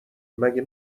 مگه